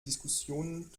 diskussionen